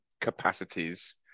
capacities